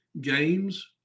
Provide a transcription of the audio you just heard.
games